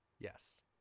yes